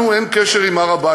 לנו אין קשר עם הר-הבית?